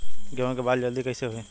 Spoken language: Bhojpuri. गेहूँ के बाल जल्दी कईसे होई?